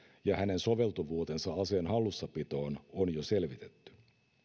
ja hänen soveltuvuutensa aseen hallussapitoon on jo selvitetty